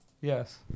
Yes